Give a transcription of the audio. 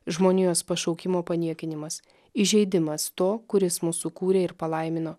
žmonijos pašaukimo paniekinimas įžeidimas to kuris mus sukūrė ir palaimino